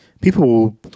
people